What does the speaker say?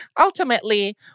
ultimately